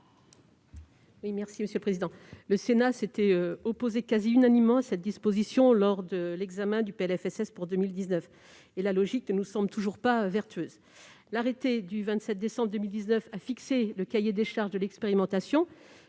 Quel est l'avis de la commission ? Le Sénat s'était opposé quasi unanimement à cette disposition lors de l'examen du PLFSS pour 2019, et la logique ne nous semble toujours pas vertueuse. L'arrêté du 27 décembre 2019 a fixé le cahier des charges de l'expérimentation